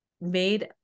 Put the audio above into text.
made